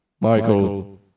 Michael